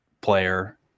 player